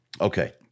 Okay